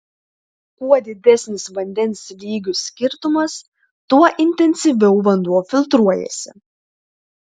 kuo didesnis vandens lygių skirtumas tuo intensyviau vanduo filtruojasi